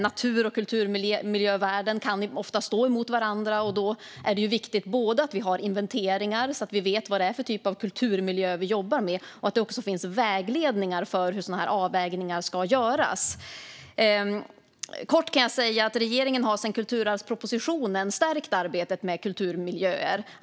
Natur och kulturmiljövärden kan ofta stå emot varandra, och då är det viktigt både att vi har inventeringar, så att vi vet vad det är för typ av kulturmiljö vi jobbar med, och att det finns vägledningar för hur sådana här avvägningar ska göras. Kort kan jag säga att regeringen sedan kulturarvspropositionen har stärkt arbetet med kulturmiljöer.